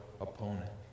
opponent